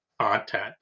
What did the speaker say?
content